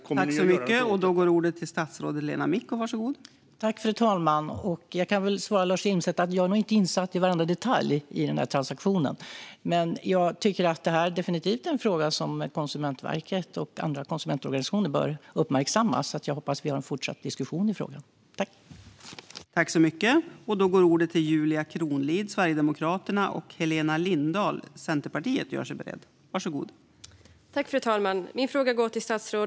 Kommer ni att göra något åt det?